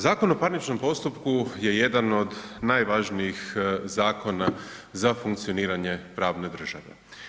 Zakon o parničnom postupku je jedan od najvažnijih zakona za funkcioniranje pravne države.